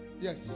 Yes